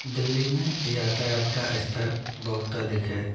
दिल्ली में यातायात का स्तर बहुत अधिक है